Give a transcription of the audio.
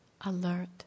alert